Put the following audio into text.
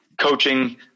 coaching